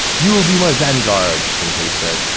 you will be my vanguard, zhong hui said.